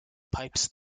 pipes